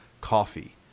coffee